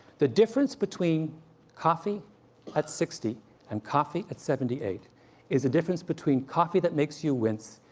the difference between coffee at sixty and coffee at seventy eight is a difference between coffee that makes you wince,